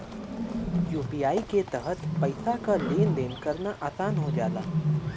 UPI के तहत पइसा क लेन देन करना आसान हो जाला